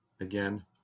again